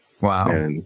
Wow